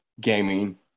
gaming